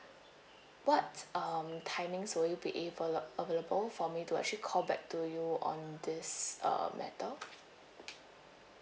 what um timings will you be able ~ la~ available for me to actually call back to you on this uh matter